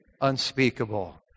unspeakable